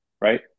right